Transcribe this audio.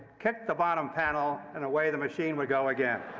kick the bottom panel, and away the machine would go again.